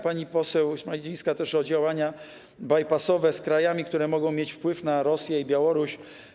Pani poseł Szmajdzińska pytała też o działania bajpasowe z krajami, które mogą mieć wpływ na Rosję i Białoruś.